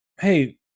Hey